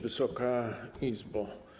Wysoka Izbo!